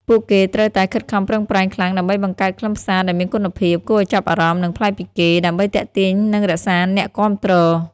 ពួកគេត្រូវតែខិតខំប្រឹងប្រែងខ្លាំងដើម្បីបង្កើតខ្លឹមសារដែលមានគុណភាព គួរឲ្យចាប់អារម្មណ៍ និងប្លែកពីគេ ដើម្បីទាក់ទាញនិងរក្សាអ្នកគាំទ្រ។